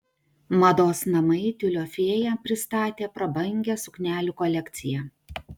mados namai tiulio fėja pristatė prabangią suknelių kolekciją